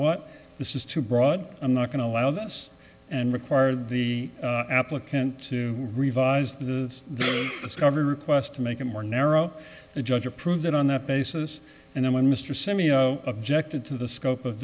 what this is too broad i'm not going to allow this and require the applicant to revise the discovery request to make it more narrow the judge approved it on that basis and then when mr semi objected to the scope of